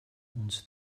uns